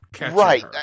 Right